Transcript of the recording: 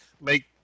make